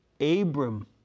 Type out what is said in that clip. Abram